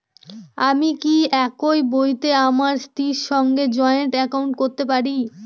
আমি কি একই বইতে আমার স্ত্রীর সঙ্গে জয়েন্ট একাউন্ট করতে পারি?